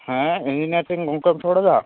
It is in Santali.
ᱦᱮᱸ ᱤᱧᱡᱤᱱᱤᱭᱟᱨᱤᱝ ᱜᱚᱝᱠᱮᱢ ᱨᱚᱲ ᱮᱫᱟ